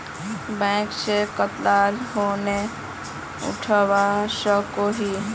Bank से कतला loan उठवा सकोही?